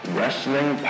Wrestling